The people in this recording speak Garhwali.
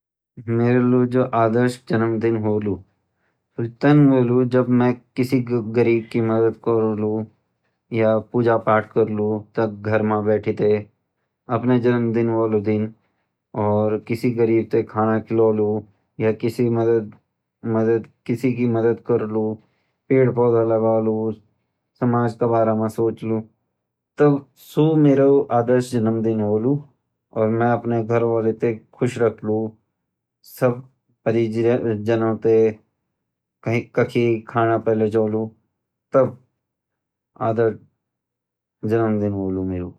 मेरे लिए जो आदर्श जन्म दिन होलू सू तब होलू जब मैं किसी ग़रीब की मदद करलू या पूजा पाठ करलू घर मा बैठिते किसी ग़रीब ते खाना खिलो लू या किसी की मदद करलू पेड़ पौधे लगोलू समाज का बारा मा सोचलू अपने घोर वालो ते खुश रखलू काखी खाना पर ले जोलू